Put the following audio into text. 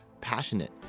passionate